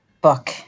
book